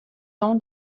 don